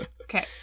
Okay